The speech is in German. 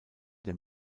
der